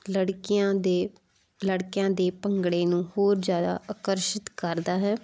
ਲੜਕੀਆਂ ਦੇ ਲੜਕਿਆਂ ਦੇ ਭੰਗੜੇ ਨੂੰ ਹੋਰ ਜ਼ਿਆਦਾ ਆਕਰਸ਼ਿਤ ਕਰਦਾ ਹੈ